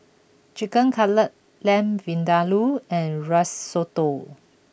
Chicken Cutlet Lamb Vindaloo and Risotto